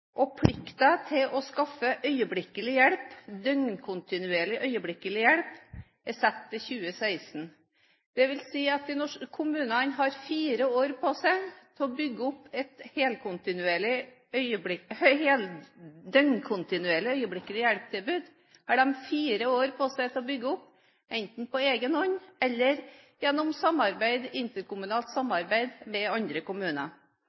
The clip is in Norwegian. og fristen for å skaffe døgnkontinuerlig øyeblikkelig hjelp er satt til 2016. Det vil si at kommunene har fire år på seg til å bygge opp et døgnkontinuerlig øyeblikkelig hjelp-tilbud, enten på egen hånd eller gjennom interkommunalt samarbeid.